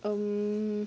um